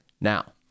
Now